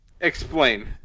Explain